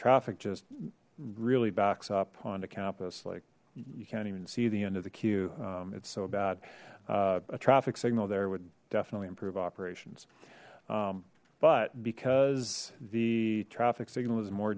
traffic just really backs up onto campus like you can't even see the end of the queue it's so bad a traffic signal there would definitely improve operations but because the traffic signal is more